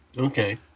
Okay